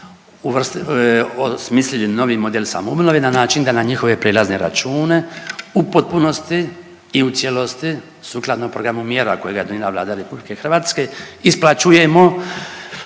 osmislili novi model samoobnove na način da na njihove prijelazne račune u potpunosti i u cijelosti sukladno programu mjera kojega je donijela Vlada Republike Hrvatske isplaćujemo